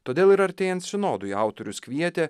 todėl ir artėjant sinodui autorius kvietė